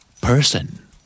Person